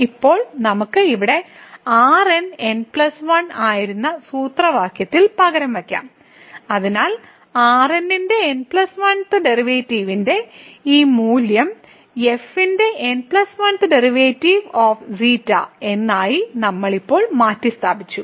ഇപ്പോൾ നമുക്ക് ഇവിടെ ആയിരുന്ന സൂത്രവാക്യത്തിൽ പകരം വയ്ക്കാം അതിനാൽ ഈ ന്റെ ഈ മൂല്യം എന്നായി നമ്മൾ ഇപ്പോൾ മാറ്റിസ്ഥാപിച്ചു